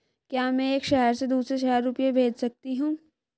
क्या मैं एक शहर से दूसरे शहर रुपये भेज सकती हूँ?